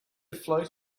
float